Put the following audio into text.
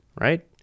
right